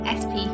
sp